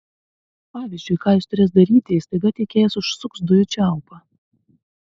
pavyzdžiui ką jis turės daryti jei staiga tiekėjas užsuks dujų čiaupą